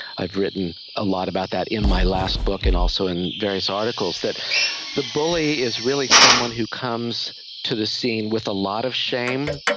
i've written a lot about that in my last book and also in various articles, that the bully is really someone who comes to the scene with a lot of shame.